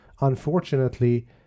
unfortunately